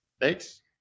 Thanks